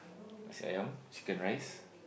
nasi-Ayam Chicken Rice